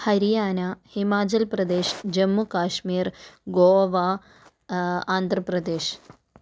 Haryana Himachal Pradesh Jammu കാഴ്മീർ Goa Andhra Pradesh